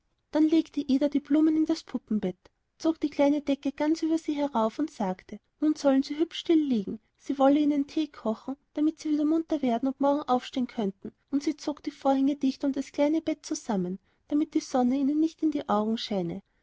dann legte ida die blumen in das puppenbett zog die kleine decke ganz über sie herauf und sagte nun sollen sie hübsch still liegen so wolle sie ihnen thee kochen damit sie wieder munter werden und morgen aufstehen könnten und sie zog die vorhänge dicht um das kleine bett zusammen damit die sonne ihnen nicht in die augen schiene